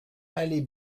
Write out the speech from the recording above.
allée